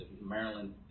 Maryland